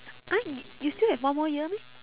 !huh! y~ you still have one more year meh